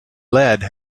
lead